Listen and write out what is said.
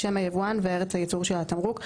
שם היבואן וארץ הייצור של התמרוק,